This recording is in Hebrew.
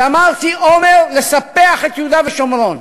גמרתי אומר לספח את יהודה ושומרון,